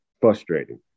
frustrating